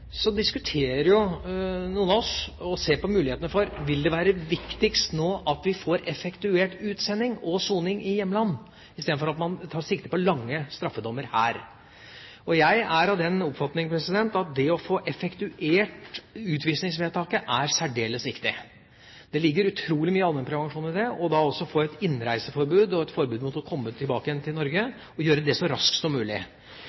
noen av oss, og ser på mulighetene for, om det nå vil være viktigst at vi får effektuert utsending og soning i hjemland i stedet for at vi tar sikte på lange straffedommer her. Jeg er av den oppfatning at det å få effektuert utvisningsvedtaket er særdeles viktig – det ligger utrolig mye allmennprevensjon i det – og også å få et innreiseforbud, et forbud mot å komme tilbake til Norge, og gjøre det så raskt som mulig.